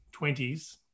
20s